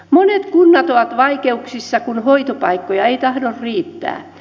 monet kunnat ovat vaikeuksissa kun hoitopaikkoja ei tahdo riittää